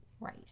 Right